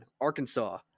Arkansas